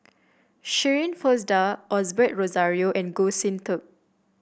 Shirin Fozdar Osbert Rozario and Goh Sin Tub